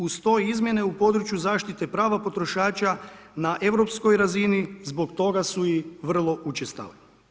Uz to izmjene u području zaštite prava potrošača na europskoj razini zbog toga su i vrlo učestale.